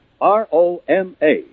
R-O-M-A